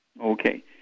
Okay